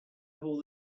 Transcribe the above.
before